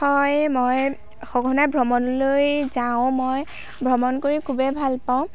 হয় মই সঘনাই ভ্ৰমণলৈ যাওঁ মই ভ্ৰমণ কৰি খুবেই ভাল পাওঁ